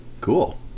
Cool